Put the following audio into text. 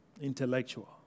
intellectual